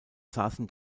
saßen